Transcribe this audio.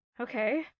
okay